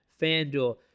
FanDuel